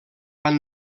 van